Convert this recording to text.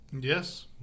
Yes